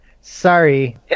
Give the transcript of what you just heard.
Sorry